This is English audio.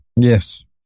Yes